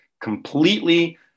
completely